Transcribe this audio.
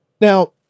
Now